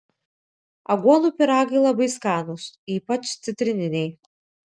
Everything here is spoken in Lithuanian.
aguonų pyragai labai skanūs ypač citrininiai